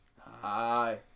Hi